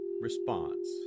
response